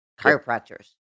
chiropractors